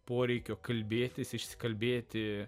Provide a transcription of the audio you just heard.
poreikio kalbėtis išsikalbėti